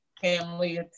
family